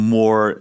more